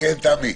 כן, תמי.